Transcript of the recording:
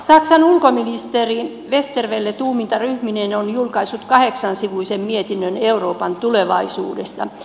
saksan ulkoministeri westerwelle tuumintaryhmineen on julkaissut kahdeksansivuisen mietinnön euroopan tulevaisuudesta